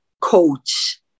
coach